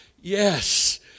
Yes